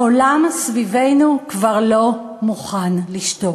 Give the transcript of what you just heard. העולם סביבנו כבר לא מוכן לשתוק.